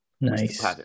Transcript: Nice